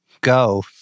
Go